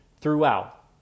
throughout